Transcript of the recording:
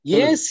Yes